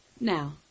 Now